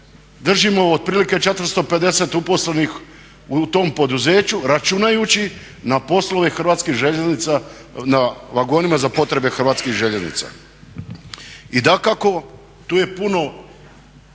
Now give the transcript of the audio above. držimo otprilike 450 uposlenih u tom poduzeću računajući na poslove Hrvatskih željeznica, na vagonima za potrebe Hrvatskih željeznica. I dakako, tu je puno